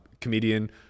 comedian